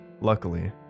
Luckily